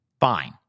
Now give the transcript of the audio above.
fine